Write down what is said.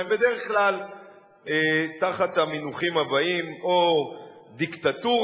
זה בדרך כלל תחת המינוחים הבאים: או "דיקטטורה",